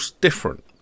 different